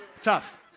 tough